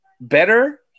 better